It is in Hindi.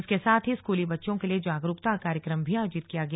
इसके साथ ही स्कूली बच्चों के लिए जागरुकता कार्यक्रम भी आयोजित किया गया